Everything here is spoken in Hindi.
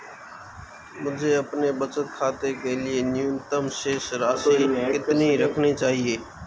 मुझे अपने बचत खाते के लिए न्यूनतम शेष राशि कितनी रखनी होगी?